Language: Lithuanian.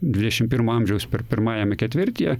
dvidešim pirmo amžiaus pir pirmajame ketvirtyje